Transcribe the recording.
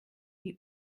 die